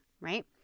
right